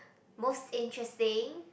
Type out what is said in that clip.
most interesting